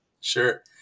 Sure